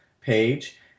page